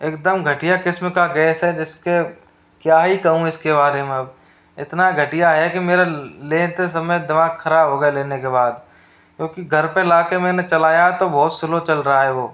एकदम घटिया किस्म का गैस है जिसके क्या ही कहूँ इसके बारे में अब इतना घटिया है कि मेरा लेते समय दिमाग ख़राब हो गया लेने के बाद क्योंकि घर पर ला कर मैं चलाया तो बहुत स्लो चल रहा है वह